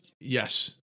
Yes